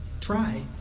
try